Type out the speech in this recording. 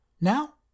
now